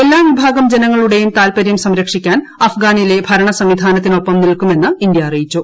എല്ലാ വിഭാഗം ജനങ്ങളുടേയും താൽപ്പര്യം സംരക്ഷിക്കാൻ അഫ്ഗാനിലെ ഭരണ സംവിധാനത്തിനൊപ്പം നിൽക്കുമെന്നും ഇന്ത്യ അറിയിച്ചു